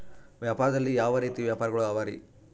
ವ್ಯಾಪಾರದಲ್ಲಿ ಯಾವ ರೇತಿ ವ್ಯಾಪಾರಗಳು ಅವರಿ?